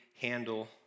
handle